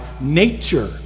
nature